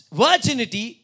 virginity